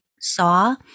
saw